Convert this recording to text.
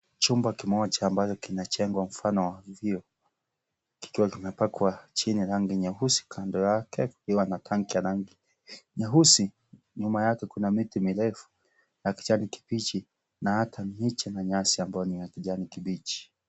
Chumba kimoja ambacho kinajengwa mfano wa vyoo kikiwa kime pakwa chini rangi nyeusi kando yake kikiwa na tanki rangi nyeusi nyuma yake kuna miti mirefu na kijani kibichi na hata miche na nyasi ambayo niya kijani kibichi.